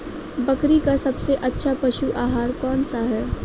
बकरी का सबसे अच्छा पशु आहार कौन सा है?